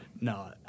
No